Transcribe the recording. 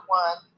one